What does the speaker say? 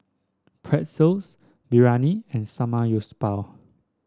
Pretzels Biryani and Samgyeopsal